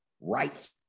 right